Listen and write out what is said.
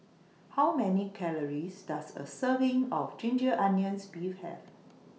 How Many Calories Does A Serving of Ginger Onions Beef Have